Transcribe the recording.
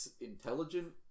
intelligent